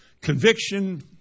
conviction